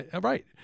right